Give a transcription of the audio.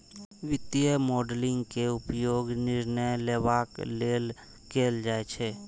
वित्तीय मॉडलिंग के उपयोग निर्णय लेबाक लेल कैल जाइ छै